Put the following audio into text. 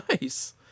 Nice